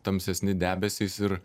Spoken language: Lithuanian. tamsesni debesys ir